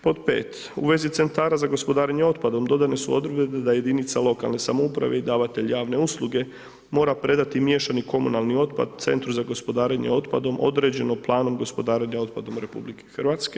Pod pet, u vezi centara za gospodarenje otpadom dodane su odredbe da jedinica lokalne samouprave i davatelj javne usluge mora predati miješani komunalni otpad centru za gospodarenje otpadom određeno planom gospodarenja otpadom RH.